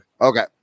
Okay